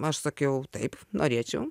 aš sakiau taip norėčiau